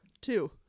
Two